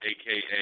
Aka